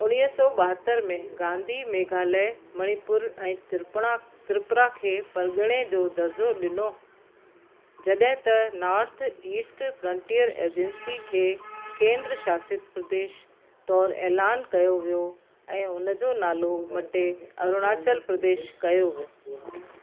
उणिवीह सौ ॿाहतरि में गांधी मेघालय मणिपुर ऐं त्रिपुणा त्रिपुरा खे परगिणे जो दर्जो ॾिनो जॾहिं त नॉर्थ ईस्ट फ्रनटियर एजंसी खे केंद्र शासित प्रदेश तौरु ऐलान कयो वियो ऐं उनजो नालो मटे अरुणाचल प्रदेश कयो वियो